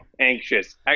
anxious